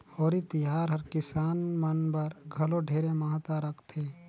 होरी तिहार हर किसान मन बर घलो ढेरे महत्ता रखथे